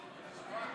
זו רק תחילת הדרך,